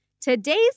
Today's